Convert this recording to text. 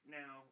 now